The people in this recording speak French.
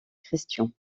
christian